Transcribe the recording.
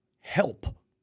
help